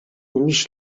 mhix